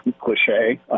cliche